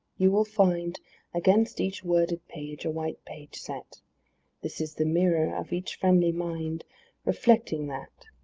you will find against each worded page a white page set this is the mirror of each friendly mind reflecting that.